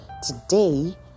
today